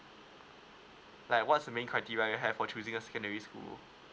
like what's the main criteria you have for choosing a secondary school